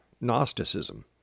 Gnosticism